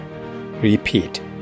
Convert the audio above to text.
repeat